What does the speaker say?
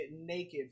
naked